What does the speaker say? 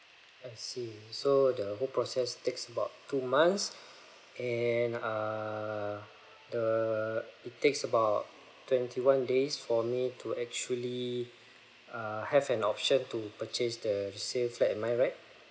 I see so the whole process takes about two months and ah the it takes about twenty one days for me to actually err have an option to purchase the you say flat am I right